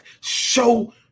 show